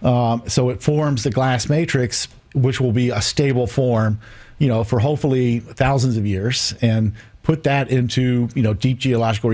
so it forms the glass matrix which will be a stable form you know for hopefully thousands of years and put that into you know deep geological